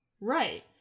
Right